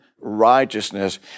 righteousness